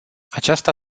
aceasta